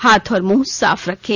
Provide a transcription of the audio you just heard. हाथ और मुंह साफ रखें